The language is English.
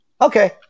okay